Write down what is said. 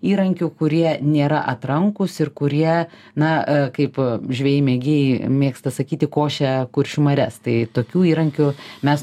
įrankių kurie nėra atrankūs ir kurie na kaip žvejai mėgėjai mėgsta sakyti košia kuršių marias tai tokių įrankių mes